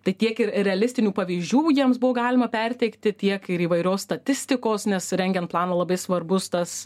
tai tiek ir realistinių pavyzdžių jiems buvo galima perteikti tiek ir įvairios statistikos nes rengiant planą labai svarbus tas